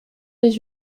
les